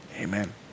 Amen